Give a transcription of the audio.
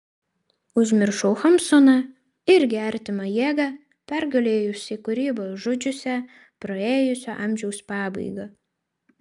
užmiršau hamsuną irgi artimą jėgą pergalėjusį kūrybą žudžiusią praėjusio amžiaus pabaigą